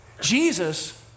Jesus